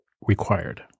required